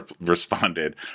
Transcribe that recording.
responded